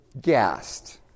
gassed